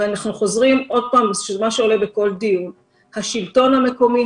ואנחנו חוזרים עוד פעם למה עולה בכל דיון: השלטון המקומי,